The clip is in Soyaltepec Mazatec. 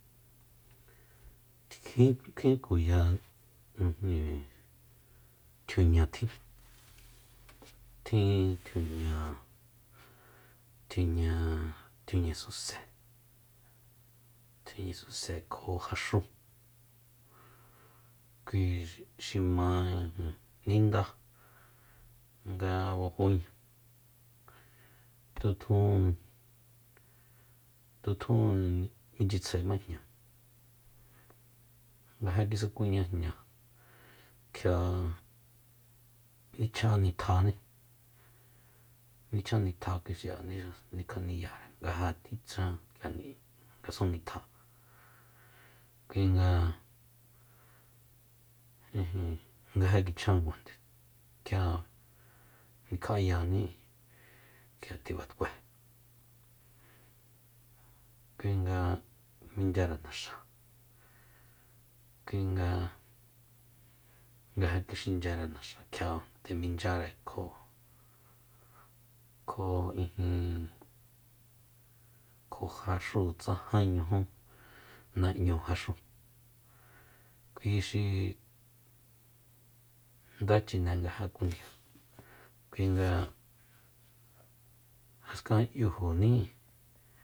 Kji- kjin tkuya ijin tjiuña tjin- tjin tjiuña- tjiuña suse tjiuña suse kjo jaxúu kui xi ma nindá nga bajóña tjutjun- tjutjun minchyitsjaema jña nga ja kisakuña jña kjia nichjan nitjaní nichjan nitja kuixi'a nikjaniyare nga ja tichjan k'ia ngasun nitjáa kuinga ijin nga ja kichjankuajande kjia nikja'ayani k'ia tibatkué kuinga minchyare naxa kuinga nga ja tjixinchyare naxa kjia nde minchyare kjo- kjo ijin kjo jaxúu tsa jan yujú na'ñu jaxúu kui xi nda chine nga ja kundia kuinga jaskan 'yujuní